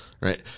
right